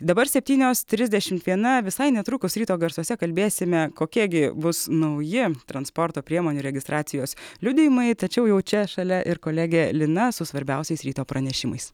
dabar septynios trisdešimt viena visai netrukus ryto garsuose kalbėsime kokia gi bus nauji transporto priemonių registracijos liudijimai tačiau jau čia šalia ir kolegė lina su svarbiausiais ryto pranešimais